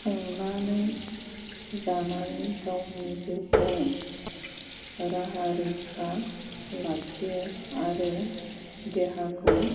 संनानै जानानै गावनि जिउखौ राहा रैखा लाखियो आरो देहाखौ